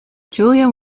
julian